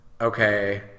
okay